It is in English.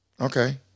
okay